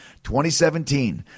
2017